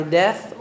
death